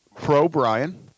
pro-Brian